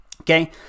Okay